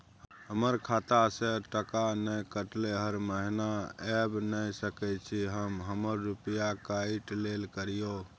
हमर खाता से टका नय कटलै हर महीना ऐब नय सकै छी हम हमर रुपिया काइट लेल करियौ?